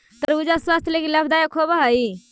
खरबूजा स्वास्थ्य लागी लाभदायक होब हई